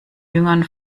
jüngern